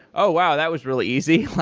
oh, wow! that was really easy.